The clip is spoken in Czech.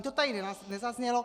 To tady nezaznělo.